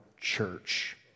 church